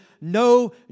no